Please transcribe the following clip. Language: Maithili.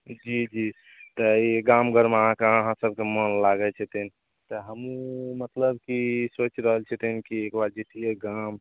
जी जी तऽ ई गाम घरमे अहाँके अहाँ सबके मोन लागय छथिन तऽ हमहुँ मतलब की सोचि रहल छथिन कि एकबार जइतियै गाम